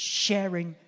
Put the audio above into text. sharing